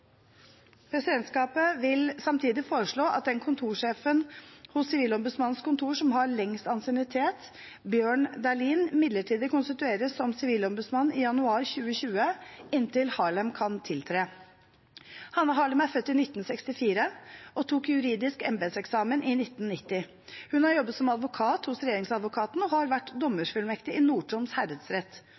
Presidentskapet vil samtidig foreslå at den kontorsjefen hos Sivilombudsmannens kontor som har lengst ansiennitet, Bjørn Dæhlin, midlertidig konstitueres som sivilombudsmann i januar 2020, inntil Harlem kan tiltre. Hanne Harlem er født i 1964 og tok juridisk embetseksamen i 1990. Hun har jobbet som advokat hos Regjeringsadvokaten og har vært dommerfullmektig i